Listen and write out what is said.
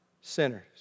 sinners